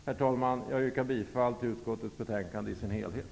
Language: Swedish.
Herr talman! Jag yrkar bifall till utskottets hemställan i dess helhet.